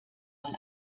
mal